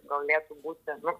galėtų būti nu